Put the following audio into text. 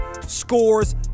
scores